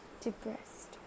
depressed